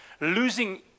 losing